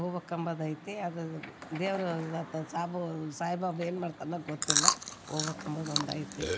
ಹೋಗ್ಬೇಕಂಬದ್ ಐತಿ ಅದು ದೇವರು ಅದು ಅತ್ತ ಸಾಬು ಸಾಯಿಬಾಬ ಏನು ಮಾಡ್ತಾನೆ ಗೊತ್ತಿಲ್ಲ ಹೋಗ್ಬಕಂಬುದ್ ಒಂದು ಐತೆ